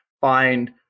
find